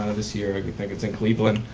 ah this year i think it's in cleveland.